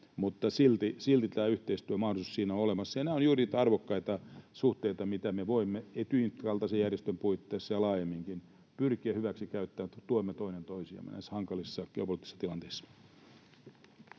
mutta silti tämä yhteistyön mahdollisuus siinä on olemassa. Ja nämä ovat juuri niitä arvokkaita suhteita, mitä me voimme Etyjin kaltaisen järjestön puitteissa ja laajemminkin pyrkiä hyväksikäyttämään, niin että tuemme toinen toisiamme näissä hankalissa geopoliittisissa tilanteissa.